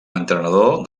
entrenador